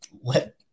let